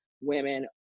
women